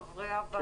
כלומר לחצי שנה.